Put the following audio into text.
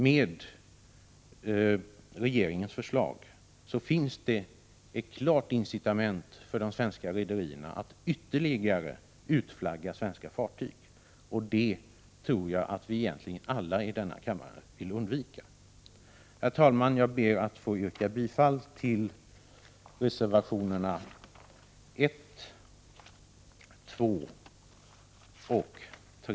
Med regeringens förslag finns ett klart incitament för de svenska rederierna att utflagga svenska fartyg. Och det tror jag att egentligen alla i denna kammare vill undvika. Herr talman! Jag ber att få yrka bifall till reservationerna 1, 2 och 3.